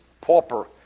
pauper